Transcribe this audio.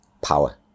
power